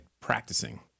practicing